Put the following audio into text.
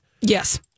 Yes